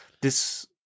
this-